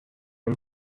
and